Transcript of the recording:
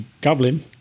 Goblin